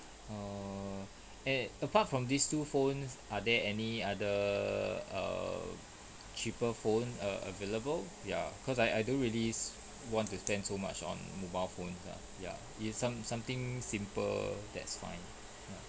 err and apart from these two phones are there any other err cheaper phone err available ya cause I I don't really want to spend so much on mobile phone ya ya is some something simple that's fine ya